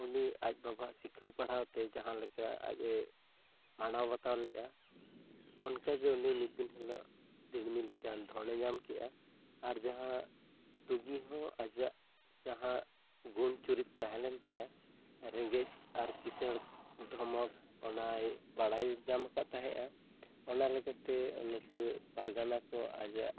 ᱩᱱᱤ ᱟᱡ ᱵᱟᱵᱟᱣᱟᱜ ᱥᱤᱠᱷᱟᱹᱣ ᱯᱟᱲᱦᱟᱣᱛᱮ ᱡᱟᱦᱟᱸ ᱞᱮᱠᱟ ᱟᱡ ᱮ ᱢᱟᱱᱟᱣ ᱵᱟᱛᱟᱣ ᱞᱮᱫᱼᱟ ᱚᱱᱠᱟᱜᱮ ᱩᱱᱤ ᱢᱤᱫ ᱫᱤᱱ ᱦᱤᱞᱳᱜ ᱫᱤᱲᱢᱤ ᱞᱮᱠᱟᱱ ᱫᱷᱚᱱᱮ ᱧᱟᱢ ᱠᱮᱫᱼᱟ ᱟᱨ ᱡᱟᱦᱟᱸ ᱫᱩᱜᱤ ᱦᱚᱸ ᱟᱡᱟᱜ ᱡᱟᱦᱟᱸ ᱜᱩᱱ ᱪᱩᱨᱤᱛ ᱛᱟᱦᱮᱸ ᱞᱮᱱ ᱛᱟᱭᱟ ᱨᱮᱸᱜᱮᱡ ᱟᱨ ᱠᱤᱸᱥᱟᱹᱲ ᱫᱷᱚᱢᱚᱠ ᱚᱱᱟᱭ ᱵᱟᱲᱟᱭ ᱧᱟᱢ ᱟᱠᱟᱫ ᱛᱮᱦᱮᱫᱼᱟ ᱚᱱᱟ ᱞᱮᱠᱟᱛᱮ ᱱᱩᱠᱩ ᱯᱟᱨᱜᱟᱱᱟ ᱠᱚ ᱟᱡᱟᱜ